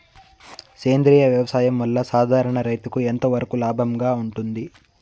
సేంద్రియ వ్యవసాయం వల్ల, సాధారణ రైతుకు ఎంతవరకు లాభంగా ఉంటుంది?